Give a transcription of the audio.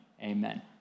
amen